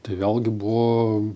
tai vėlgi buvo